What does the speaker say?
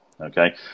Okay